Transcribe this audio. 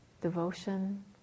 devotion